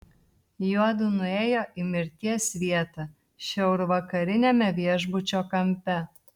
juodu nuėjo į mirties vietą šiaurvakariniame viešbučio kampe